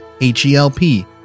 H-E-L-P